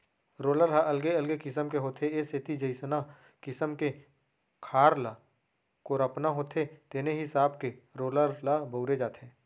roller ह अलगे अलगे किसम के होथे ए सेती जइसना किसम के खार ल कोपरना होथे तेने हिसाब के रोलर ल बउरे जाथे